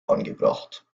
angebracht